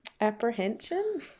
apprehension